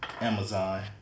Amazon